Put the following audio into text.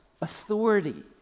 authority